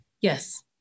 Yes